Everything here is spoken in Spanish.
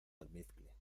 almizcle